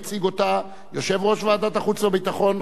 יציג אותה יושב-ראש ועדת החוץ והביטחון,